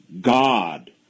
God